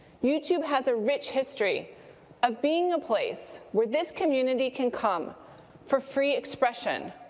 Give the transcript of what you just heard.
youtube has a rich history of being a place where this community can come for free expression,